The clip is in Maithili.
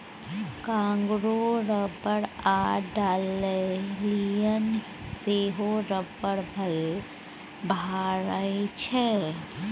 कांगो रबर आ डांडेलियन सेहो रबरक भेराइटी छै